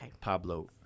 Pablo